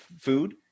food